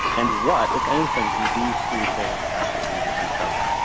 and what, if anything, do these three things have to do with each other?